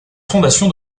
fondation